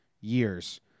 years